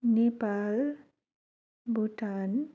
Nepal Bhutan